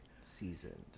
seasoned